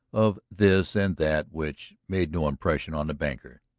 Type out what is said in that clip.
of this and that which made no impression on the banker.